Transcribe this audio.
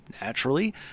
Naturally